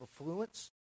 affluence